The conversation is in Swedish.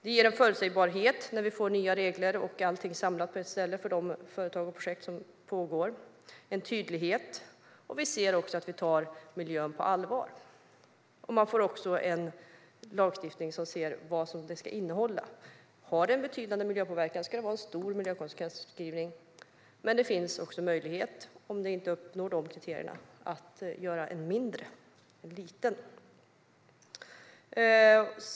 Det ger en förutsägbarhet när vi får nya regler och allting samlat på ett ställe för de företag och projekt som pågår. Det blir en tydlighet. Vi ser att vi tar miljön på allvar. Vi får också en lagstiftning där man ser vad detta ska innehålla. Har det en betydande miljöpåverkan ska det vara en stor miljökonsekvensbeskrivning. Men det finns också möjlighet, om det inte uppnår de kriterierna, att göra en mindre, en liten.